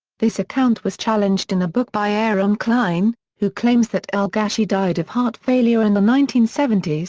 this account was challenged in a book by aaron klein, who claims that al-gashey died of heart failure in the nineteen seventy s,